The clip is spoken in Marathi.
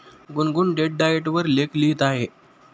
गुनगुन डेट डाएट वर लेख लिहित आहे